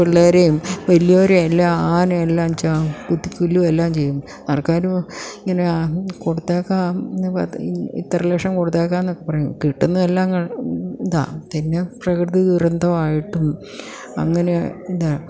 പിള്ളാരും വലിയവരുമെല്ലാം ആന എല്ലാം കുത്തിക്കൊല്ലുക്കയും ചെയ്യും ആർക്കാരും ഇങ്ങനെ കൊടുത്തേക്കാം ഇത്ര ലക്ഷം കൊടുത്തേക്കുക എന്നൊക്കെ പറയും കിട്ടുന്നത് എല്ലാം ഇതാ പിന്നെ പ്രകൃതി ദുരന്താമായിട്ടും അങ്ങനെ ഇതാണ്